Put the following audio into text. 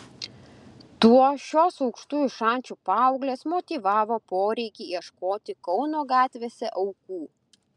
tuo šios aukštųjų šančių paauglės motyvavo poreikį ieškoti kauno gatvėse aukų